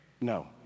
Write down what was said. No